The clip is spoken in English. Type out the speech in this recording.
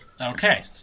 Okay